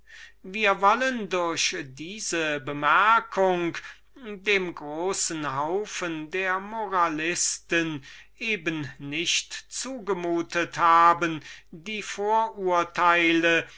wir wollen durch diese bemerkung dem großen haufen der moralisten eben nicht zugemutet haben gewisse vorurteile